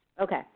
okay